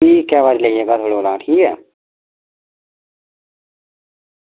भी इक्कै बारी लेई जाह्गा थुआढ़े कशा